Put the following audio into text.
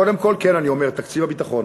קודם כול, כן, אני אומר: תקציב הביטחון.